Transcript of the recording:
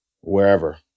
wherever